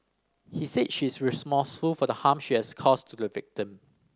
he said she is remorseful for the harm she has caused to the victim